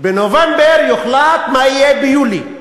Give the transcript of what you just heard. בנובמבר יוחלט מה יהיה ביולי.